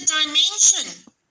dimension